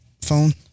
phone